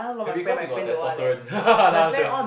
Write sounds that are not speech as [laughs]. maybe cause we got testosterone [laughs] nah not sure